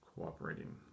cooperating